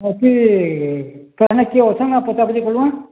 ଅଛି କାଣା କିଏ ଅଛନ୍ କେଁ ପଚ୍ରାପଚ୍ରି କଲୁକେଁ